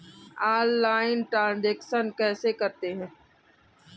Online transaction कैसे करते हैं?